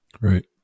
right